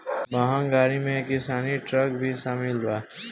महँग गाड़ी में किसानी ट्रक भी शामिल बा